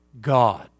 God